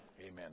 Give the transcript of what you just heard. amen